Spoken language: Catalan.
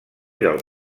del